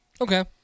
Okay